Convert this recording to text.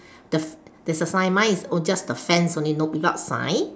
duf~ there's a sign mine is oh just the fence only no without sign